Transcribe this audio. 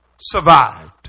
survived